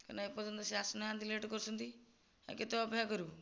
କାଇଁନା ଏପର୍ଯ୍ୟନ୍ତ ସେ ଆସୁନାହାନ୍ତି ଲେଟ କରୁଛନ୍ତି ଆଉ କେତେ ଅପେକ୍ଷା କରିବୁ